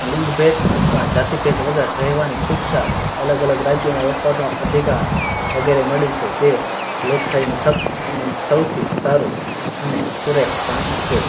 લિંગભેદ અથવા જાતિભેદ વગર રહેવાની છૂટછાટ અલગ અલગ રાજ્યોમાં વસવાટનો અધિકાર વગેરે મળેલ છે તે લોકશાહીનું સબ્ સૌથી સારું અને સુરેખ કામ છે